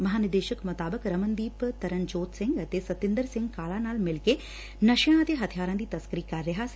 ਮਹਾਨਿਦੇਸ਼ਕ ਮੁਤਾਬਿਕ ਰਮਨਦੀਪ ਤਰਨਜੋਤ ਸਿੰਘ ਅਤੇ ਸਤਿੰਦਰ ਸਿੰਘ ਕਾਲਾ ਨਾਲ ਮਿਲਕੇ ਨਸ਼ਿਆਂ ਅਤੇ ਹਬਿਆਰਾਂ ਦੀ ਤਸੱਕਰੀ ਕਰ ਰਿਹਾ ਸੀ